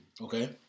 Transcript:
Okay